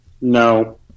No